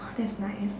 !wah! that's nice